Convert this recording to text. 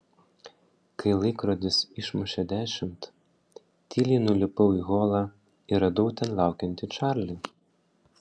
kai laikrodis išmušė dešimt tyliai nulipau į holą ir radau ten laukiantį čarlį